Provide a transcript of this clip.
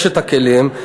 יש כלים,